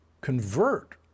convert